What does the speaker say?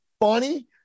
funny